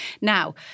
Now